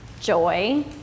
joy